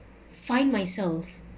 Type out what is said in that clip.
find myself